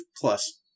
plus